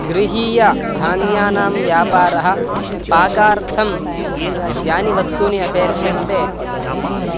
गृहीयधान्यानां व्यापारः पाकार्थं यानि वस्तूनि अपेक्षन्ते